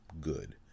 Good